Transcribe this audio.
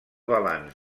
balanç